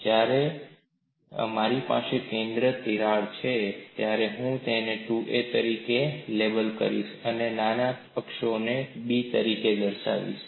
જ્યારે મારી પાસે કેન્દ્ર તિરાડ છે ત્યારે હું તેને 2a તરીકે લેબલ કરીશ અને નાના અક્ષોને b તરીકે દશાઁવીશ